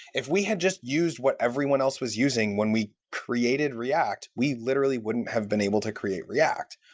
if we had just used what everyone else was using when we created react, we literally wouldn't have been able to create react.